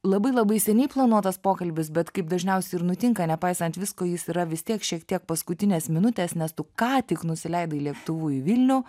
labai labai seniai planuotas pokalbis bet kaip dažniausiai ir nutinka nepaisant visko jis yra vis tiek šiek tiek paskutinės minutės nes tu ką tik nusileidai lėktuvu į vilnių